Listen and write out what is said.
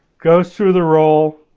goes through the roll,